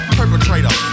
perpetrator